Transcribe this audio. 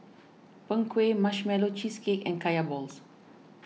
Png Kueh Marshmallow Cheesecake and Kaya Balls